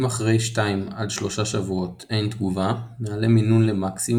אם אחרי 2-3 שבועות אין תגובה נעלה מינון למקס'